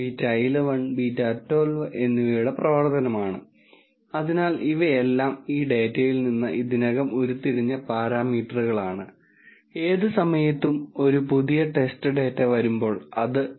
data സയൻസിന് വേണ്ടിയുള്ള ഏതെങ്കിലും പാഠ്യപദ്ധതിയോ ഡാറ്റാ സയൻസിനെക്കുറിച്ച് വിവരിക്കുന്ന വെബ്സൈറ്റുകളോ മറ്റു പുസ്തകങ്ങളോ നോക്കുന്ന ആളുകൾ സാധാരണ കാണുന്ന ടെക്നിക്കുകളുടെ ഈ പട്ടികയിൽ നിന്ന് ഞാൻ ആരംഭിക്കാം